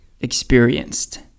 experienced